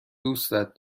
دوستت